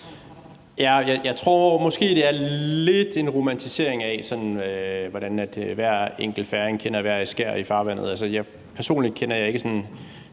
Jeg tror måske, det er lidt en romantisering af, hvordan hver enkelt færing kender hvert et skær i farvandet. Personligt kender jeg ikke alle